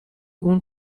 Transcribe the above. اون